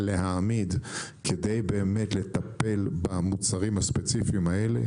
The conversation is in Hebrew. להעמיד כדי לטפל במוצרים הספציפיים האלה